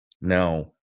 Now